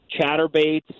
chatterbaits